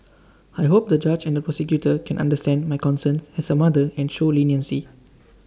I hope the judge and the prosecutor can understand my concerns as A mother and show leniency